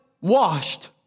Washed